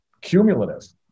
Cumulative